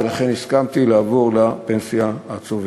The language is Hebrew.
ולכן הסכמתי לעבור לפנסיה הצוברת.